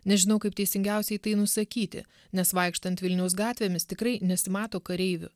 nežinau kaip teisingiausiai tai nusakyti nes vaikštant vilniaus gatvėmis tikrai nesimato kareivių